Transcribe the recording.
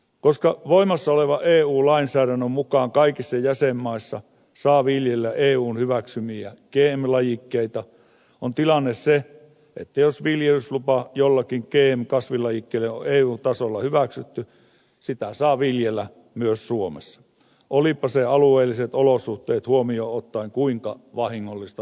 koska voimassa olevan eu lainsäädännön mukaan kaikissa jäsenmaissa saa viljellä eun hyväksymiä gm lajikkeita on tilanne se että jos viljelyslupa jollekin gm kasvilajikkeelle on eun tasolla hyväksytty sitä saa viljellä myös suomessa olipa se alueelliset olosuhteet huomioon ottaen kuinka vahingollista tahansa